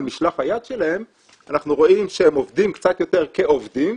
משלח היד שלהם אנחנו רואים שהם עובדים קצת יותר כעובדים,